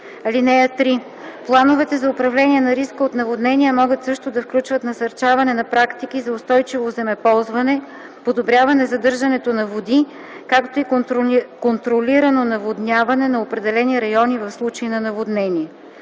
(3) Плановете за управление на риска от наводнения могат също да включват насърчаване на практики за устойчиво земеползване, подобряване задържането на води, както и контролирано наводняване на определени райони в случай на наводнение.